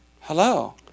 hello